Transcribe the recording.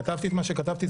כתבתי את מה שכתבתי.